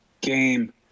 game